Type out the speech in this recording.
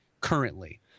currently